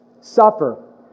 suffer